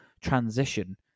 transition